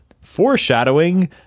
foreshadowing